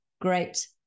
great